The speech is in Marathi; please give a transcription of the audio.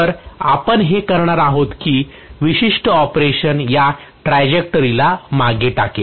तर आपण हे करणार आहोत की हे विशिष्ट ऑपरेशन या ट्रॅजेक्टरीला मागे टाकेल